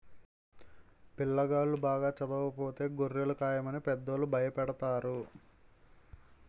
పిల్లాగాళ్ళు బాగా చదవకపోతే గొర్రెలు కాయమని పెద్దోళ్ళు భయపెడతారు